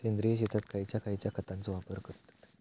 सेंद्रिय शेतात खयच्या खयच्या खतांचो वापर करतत?